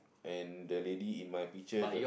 and the lady in my picture the